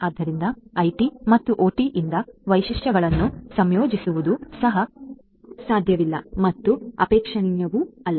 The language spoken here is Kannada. ಆದ್ದರಿಂದ ಐಟಿ ಮತ್ತು ಒಟಿಯಿಂದ ವೈಶಿಷ್ಟ್ಯಗಳನ್ನು ಸಂಯೋಜಿಸುವುದು ಸಹ ಸಾಧ್ಯವಿಲ್ಲ ಮತ್ತು ಅಪೇಕ್ಷಣೀಯವಲ್ಲ